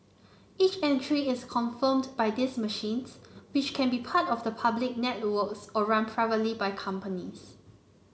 each entry is confirmed by these machines which can be part of the public networks or run privately by companies